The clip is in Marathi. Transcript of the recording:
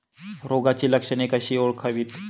रोगाची लक्षणे कशी ओळखावीत?